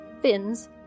fins